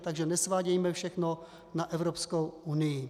Takže nesvádějme všechno na Evropskou unii.